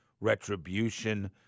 Retribution